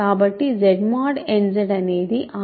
కాబట్టి ZnZ అనేది R